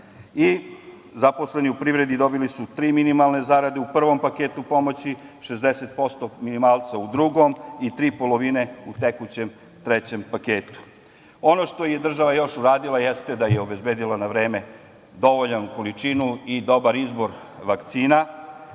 Zaposleni u privredi dobili su tri minimalne zarade u prvom paketu pomoći, 60% minimalca u drugom i tri polovine u tekućem trećem paketu. Ono što je država još uradila, jeste da je obezbedila na vreme dovoljnu količinu i dobar izbor vakcina.